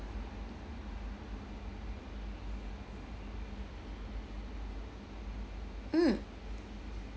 mm